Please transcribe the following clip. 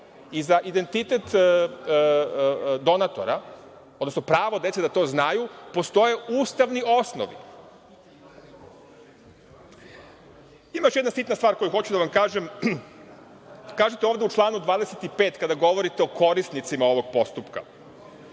i za identitet donatora, odnosno pravo dece da to znaju postoji ustavni osnov. Ima još jedna sitna stvar koju hoću da vam kažem, kažete ovde u članu 25. kada govorite o korisnicima ovog postupka,